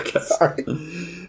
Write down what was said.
Sorry